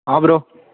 bro